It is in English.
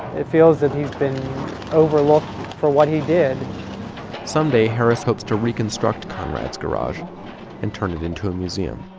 it feels that he's been overlooked for what he did someday harris hopes to reconstruct conrad's garage and turn it into a museum.